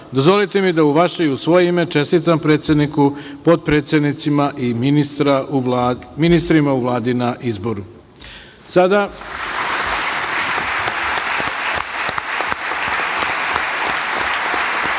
sastavu. Dozvolite mi da, u vaše i u svoje ime, čestitam predsedniku, potpredsednicima i ministrima u Vladi na izboru. Sada